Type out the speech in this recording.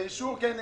לאישור, כן.